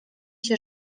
się